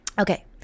Okay